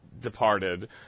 departed